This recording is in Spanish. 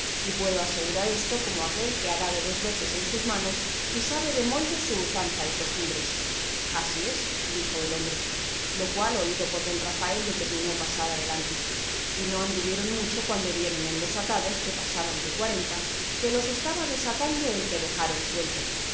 y puedo asegurar esto como aquel que ha dado dos veces en sus manos y sabe de molde su usanza y costumbres así es dijo el hombre lo cual oído por don rafael determinó pasar adelante y no anduvieron mucho cuando dieron en los atados que pasaban de cuarenta que los estaba desatando el que dejaron suelto